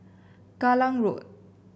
Kallang Road